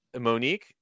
Monique